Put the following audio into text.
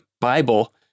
bible